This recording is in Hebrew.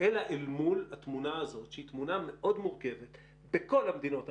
אלא אל מול התמונה הזאת שהיא תמונה מאוד מורכבת בכל המדינות המערביות,